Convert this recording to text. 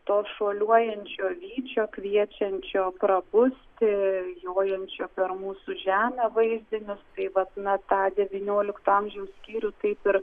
to šuoliuojančio vyčio kviečiančio prabusti jojančio per mūsų žemę vaizdinius tai vat na tą devyniolikto amžiaus skyrių taip ir